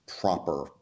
proper